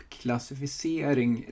klassificering